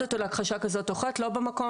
אותו להכחשה כזו או אחרת זה לא במקום,